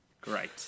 Great